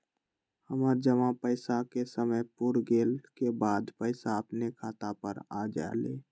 हमर जमा पैसा के समय पुर गेल के बाद पैसा अपने खाता पर आ जाले?